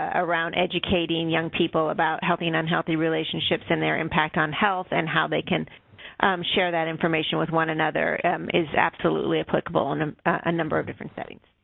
ah around educating young people about healthy and unhealthy relationships and their impact on health, and how they can share that information with one another is absolutely applicable in and a number of different settings.